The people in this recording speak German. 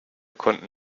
konnten